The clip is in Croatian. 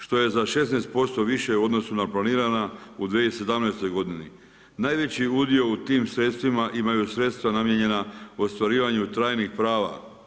Što je za 16% više u odnosu na planirana u 2017. g. Najveći udio u tim sredstvima imaju sredstva namijenjena u ostvarivanju trajnih prava.